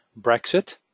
Brexit